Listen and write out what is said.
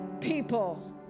people